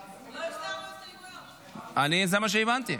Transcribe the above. אבל אם אתם רוצים לנמק הסתייגויות, זה משהו אחר.